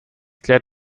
klärt